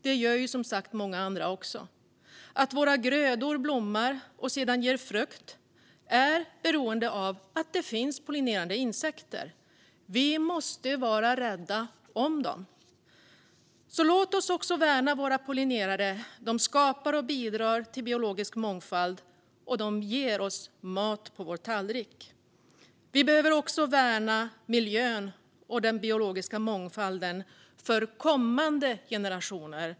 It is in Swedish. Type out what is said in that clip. Det gör som sagt också många andra. För att blomma och ge frukt är våra grödor beroende av pollinerande insekter. Vi måste vara rädda om dem. Låt oss därför också värna våra pollinerare. De skapar och bidrar till biologisk mångfald, och de ger oss mat på vår tallrik. Vi behöver också värna miljön och den biologiska mångfalden för kommande generationer.